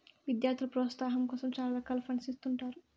విద్యార్థుల ప్రోత్సాహాం కోసం చాలా రకాల ఫండ్స్ ఇత్తుంటారు